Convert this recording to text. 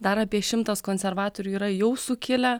dar apie šimtas konservatorių yra jau sukilę